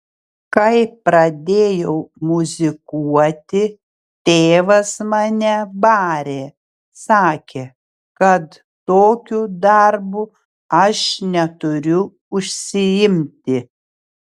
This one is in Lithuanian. kai pradėjau muzikuoti tėvas mane barė sakė kad tokiu darbu aš neturiu užsiimti